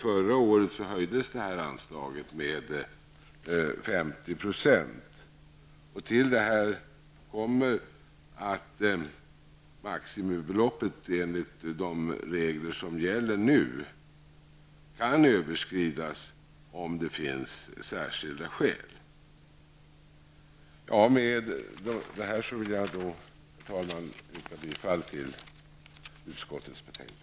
Förra året höjdes detta anslag med 50 %. Härtill kommer att maximibeloppet enligt de regler som nu gäller kan överskridas, om det finns särskilda skäl härför. Med detta vill jag, herr talman, yrka bifall till utskottets hemställan.